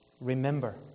Remember